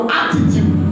attitude